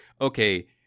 okay